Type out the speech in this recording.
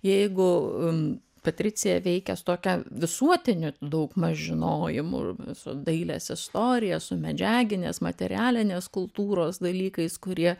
jeigu patricija veikia su tokia visuotiniu daugmaž žinojimu su dailės istorija su medžiaginės materialinės kultūros dalykais kurie